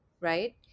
right